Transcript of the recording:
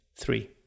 Three